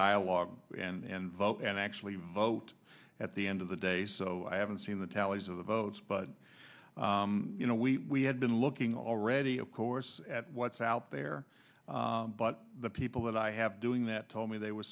dialogue and vote and actually vote at the end of the day so i haven't seen the tallies of the votes but you know we had been looking already of course at what's out there but the people that i have doing that told me they were